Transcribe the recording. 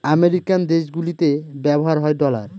American দেশগুলিতে ব্যবহার হয় ডলার